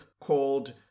called